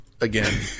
again